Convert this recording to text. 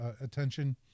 attention